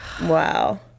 Wow